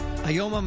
באומנה),